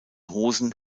hosen